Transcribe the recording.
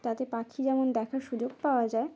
তাতে পাখি যেমন দেখার সুযোগ পাওয়া যায়